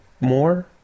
More